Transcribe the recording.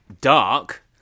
dark